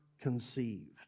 Conceived